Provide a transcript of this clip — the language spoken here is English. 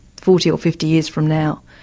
forty or fifty years from now.